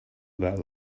about